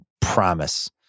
promise